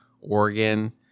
Oregon